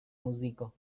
muziko